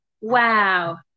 wow